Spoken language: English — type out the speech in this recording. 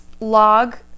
log